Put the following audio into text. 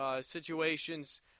situations